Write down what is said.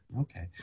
Okay